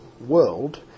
world